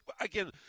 again